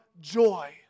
joy